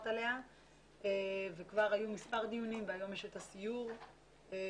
עליה וכבר היו מספר דיונים והיום יש את הסיור בנושא.